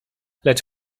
lecz